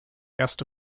erste